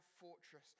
fortress